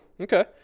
Okay